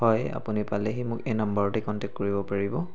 হয় আপুনি পালেহি মোক এই নম্বৰতে কণ্টেক্ট কৰিব পাৰিব